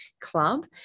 Club